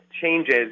changes